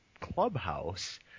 clubhouse